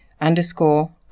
underscore